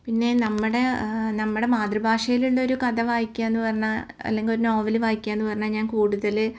പിന്നെ നമ്മുടെ നമ്മുടെ മാതൃഭാഷയിലുള്ളൊരു കഥ വായിക്ക്യാന്ന് പറഞ്ഞാൽ അല്ലെങ്കിൽ ഒരു നോവൽ വായിക്ക്യാന്ന് പറഞ്ഞാൽ ഞാന് കൂടുതൽ